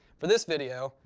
for this video,